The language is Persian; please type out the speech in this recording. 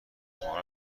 شما